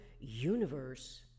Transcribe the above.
universe